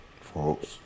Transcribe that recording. folks